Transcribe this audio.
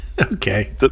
Okay